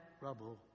rubble